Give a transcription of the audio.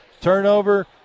turnover